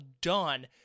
done